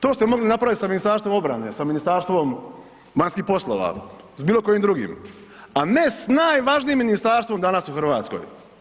To ste mogli napraviti sa Ministarstvo obrane, sa Ministarstvom vanjskih poslova, s bilokojim drugim a ne s najvažnijim ministarstvom danas u Hrvatskoj.